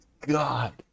God